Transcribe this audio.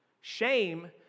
Shame